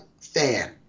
fan